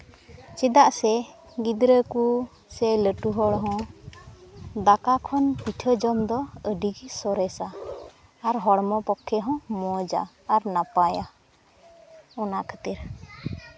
ᱪᱮᱫᱟᱜ ᱥᱮ ᱜᱤᱫᱽᱨᱟᱹ ᱠᱚ ᱥᱮ ᱞᱟᱹᱴᱩ ᱦᱚᱲ ᱦᱚᱸ ᱫᱟᱠᱟ ᱠᱷᱚᱱ ᱯᱤᱴᱷᱟᱹ ᱡᱚᱢ ᱫᱚ ᱟᱹᱰᱤᱜᱮ ᱥᱚᱨᱮᱥᱟ ᱟᱨ ᱦᱚᱲᱢᱚ ᱯᱚᱠᱠᱷᱮ ᱦᱚᱸ ᱢᱚᱡᱽᱼᱟ ᱟᱨ ᱱᱟᱯᱟᱭᱟ ᱚᱱᱟ ᱠᱷᱟᱹᱛᱤᱨ